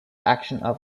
action